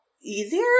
easier